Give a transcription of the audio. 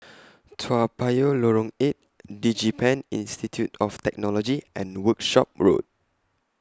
Toa Payoh Lorong eight Digipen Institute of Technology and Workshop Road